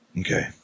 Okay